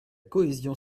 cohésion